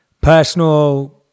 personal